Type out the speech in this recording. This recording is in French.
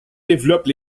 développe